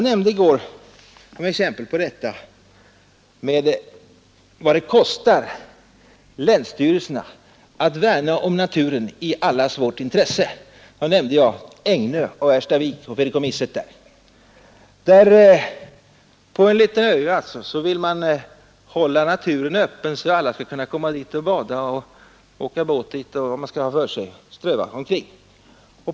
Som exempel på vad det kostar länsstyrelserna att värna om naturen i allas vårt intresse nämnde jag Ägnö på Erstaviks fideikommiss. På en liten ö vill man hålla naturen öppen för att alla skall kunna komma dit för att bada och ströva omkring.